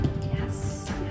yes